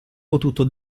potuto